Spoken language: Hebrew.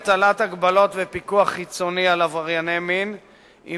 הטלת הגבלות ופיקוח חיצוני על עברייני המין עם